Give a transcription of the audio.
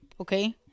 Okay